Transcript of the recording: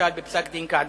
למשל בפסק-דין קעדאן.